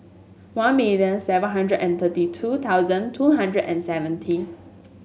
One million seven hundred and thirty two thousand two hundred and seventy